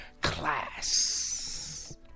Class